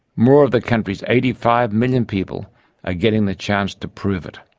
more of the country's eighty five million people are getting the chance to prove it.